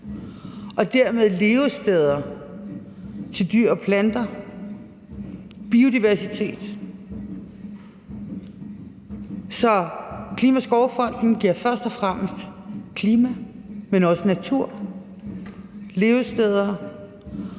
og dermed levesteder til dyr og planter og biodiversitet. Så Klimaskovfonden giver først og fremmest klima, men også natur og levesteder,